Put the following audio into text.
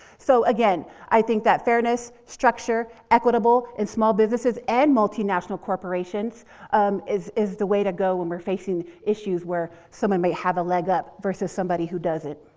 so again, i think that fairness, structure, equitable, and small businesses, and multinational corporations is, is the way to go when we're facing issues where someone might have a leg up versus somebody who doesn't.